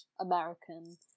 American